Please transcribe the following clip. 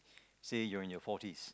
say you're in your forties